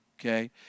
Okay